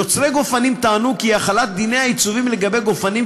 יוצרי גופנים טענו כי החלת דיני העיצובים על גופנים,